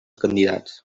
candidats